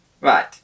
Right